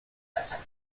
success